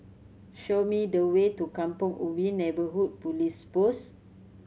show me the way to Kampong Ubi Neighbourhood Police Post